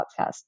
podcast